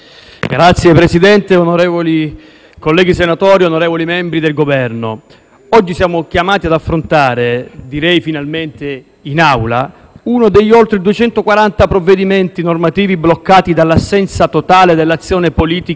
oggi siamo chiamati ad affrontare - direi finalmente in Aula - uno degli oltre 240 provvedimenti normativi bloccati dall'assenza totale di azione politica di questo Governo, che, agli occhi degli italiani e di chi ci osserva al di fuori del